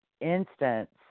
instance